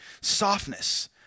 softness